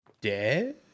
dead